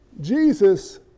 Jesus